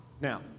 Now